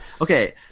okay